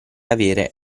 avere